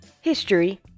history